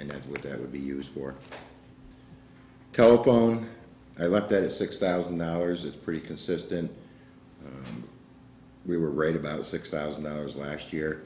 and that would that would be used for coke phone i like that six thousand dollars it's pretty consistent we were right about six thousand dollars last year